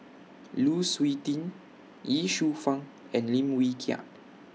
Lu Suitin Ye Shufang and Lim Wee Kiak